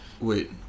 Wait